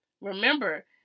Remember